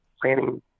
planning